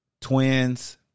twins